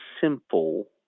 simple